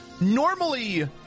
Normally